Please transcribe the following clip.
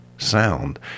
sound